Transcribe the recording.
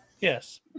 Yes